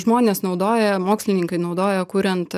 žmonės naudoja mokslininkai naudojo kuriant